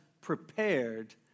prepared